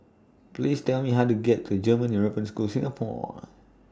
Please Tell Me How to get to German European School Singapore